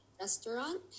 restaurant